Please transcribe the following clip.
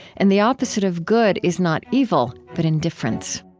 and the opposite of good is not evil, but indifference.